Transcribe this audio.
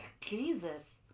Jesus